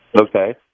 Okay